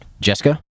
Jessica